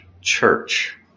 church